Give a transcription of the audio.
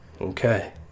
Okay